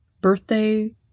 Birthday